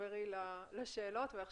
שעמית מבקש להתייחס.